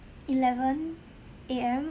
eleven A_M